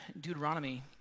Deuteronomy